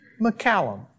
McCallum